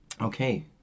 Okay